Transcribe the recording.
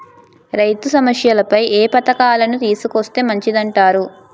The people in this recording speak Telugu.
రైతు సమస్యలపై ఏ పథకాలను తీసుకొస్తే మంచిదంటారు?